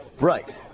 Right